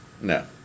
No